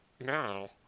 now